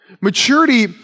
Maturity